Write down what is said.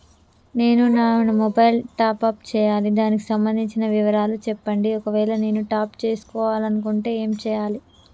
నేను నా mobile top up చేయాలి దానికి సంబంధించిన వివరాలు చెప్పండి ఒకవేళ నేను టాప్ చేసుకోవాలనుకుంటే ఏం చేయాలి?